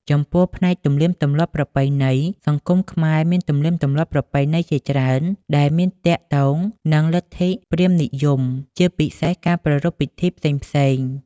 ចំពោះ ផ្នែកទំនៀមទម្លាប់ប្រពៃណី សង្គមខ្មែរមានទំនៀមទម្លាប់ប្រពៃណីជាច្រើនដែលមានទាក់ទងនឹងលទ្ធិព្រាហ្មណ៍និយម ជាពិសេស ការប្រារព្ធពិធីផ្សេងៗ។